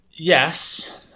Yes